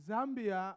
Zambia